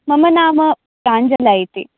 मम नाम प्राञ्जला इति